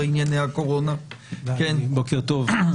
בוקר טוב,